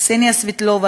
קסניה סבטלוביה,